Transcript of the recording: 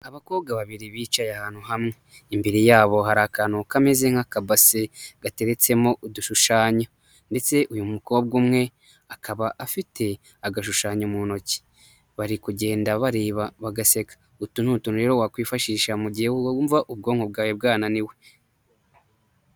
Abakobwa babiri bicaye ahantu hamwe, imbere yabo hari akantu kameze nk'akabase gateretsemo udushushanyo ndetse uyu mukobwa umwe akaba afite agashushanyo mu ntoki. Bari kugenda bareba bagaseka. Utu ni utuntu rero wakwifashisha mu gihe wumva ubwonko bwawe bwananiwe.